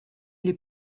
les